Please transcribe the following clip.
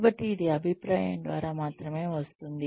కాబట్టి ఇది అభిప్రాయం ద్వారా మాత్రమే వస్తుంది